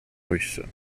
russes